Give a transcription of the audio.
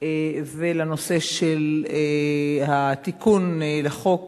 ולנושא התיקון לחוק